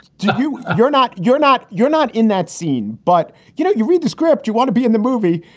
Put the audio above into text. do you you're not you're not you're not in that scene. but, you know, you read the script. you want to be in the movie.